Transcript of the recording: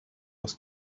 was